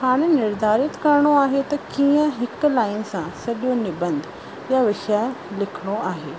हाणे निर्धारित करिणो आहे त कीअं हिकु लाईन सां सॼो निबंध जो विषय लिखिणो आहे